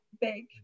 big